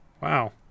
Wow